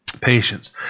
Patience